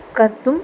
कर्तुं